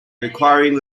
requiring